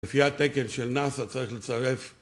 לפי התקן של נאס"א צריך לצרף